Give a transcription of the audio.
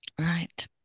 right